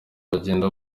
bagenda